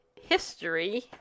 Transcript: history